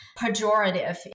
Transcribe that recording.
pejorative